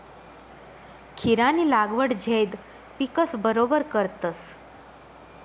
खीरानी लागवड झैद पिकस बरोबर करतस